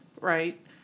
right